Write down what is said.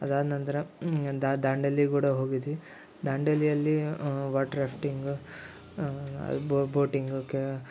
ಅದಾದ ನಂತರ ದಾಂಡೇಲಿ ಕೂಡ ಹೋಗಿದ್ವಿ ದಾಂಡೇಲಿಯಲ್ಲಿ ವಾಟ್ರ್ ರಾಫ್ಟಿಂಗು ಅದು ಬೋಟಿಂಗು ಕ್ಯ